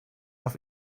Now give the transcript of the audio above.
auf